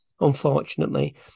unfortunately